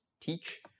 teach